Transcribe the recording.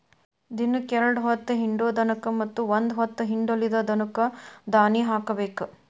ದಿನಕ್ಕ ಎರ್ಡ್ ಹೊತ್ತ ಹಿಂಡು ದನಕ್ಕ ಮತ್ತ ಒಂದ ಹೊತ್ತ ಹಿಂಡಲಿದ ದನಕ್ಕ ದಾನಿ ಹಾಕಬೇಕ